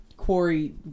quarry